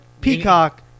Peacock